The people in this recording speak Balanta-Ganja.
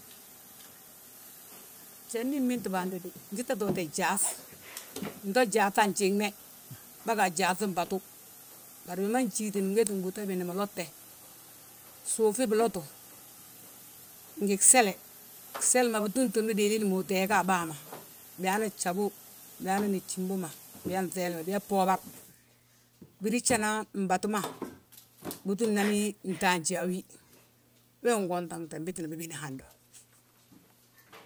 Jandi imbinte hando we, intitta toote gyaaŧ, nto gyaaŧa gjiŋne. Bâga gyaaŧi mbatu, bari bima njiigitini nwéeti mbúuta bigiinda ma lotte, suufi bilotu ngi gsele, gseli ma bitúmtumni diilin uduulu a bàa ma. Biyaana gjabu, biyaanan gjimbo ma, biyaa nŧeel, biyaa bboobar. Birijanan mbatu ma, bitúmnani ntaanji a wi, wee ngontonte, binan bibin hando.